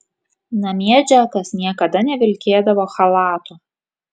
namie džekas niekada nevilkėdavo chalato